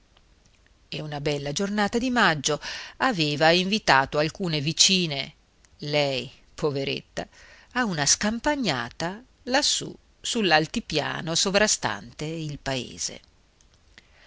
e una bella giornata di maggio aveva invitato alcune vicine lei poveretta a una scampagnata lassù sull'altipiano sovrastante il paese